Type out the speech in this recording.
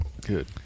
good